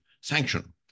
sanction